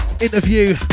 interview